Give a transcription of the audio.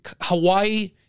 Hawaii